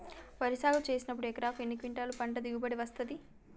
వరి సాగు చేసినప్పుడు ఎకరాకు ఎన్ని క్వింటాలు పంట దిగుబడి వస్తది?